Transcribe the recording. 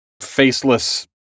faceless